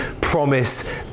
promise